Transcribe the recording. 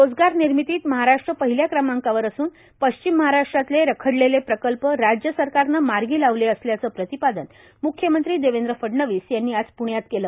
रोजगार निर्मितीत महाराष्ट्र पहिल्या क्रमांकावर असून पश्चिम महाराष्ट्रातले रखडलेले प्रकल्प राज्य सरकारनं मार्गी लावले असल्याचं प्रतिपादन म्ख्यमंत्री देवेंद्र फडणवीस यांनी आज पुण्यात केलं